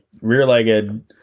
rear-legged